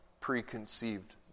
preconceived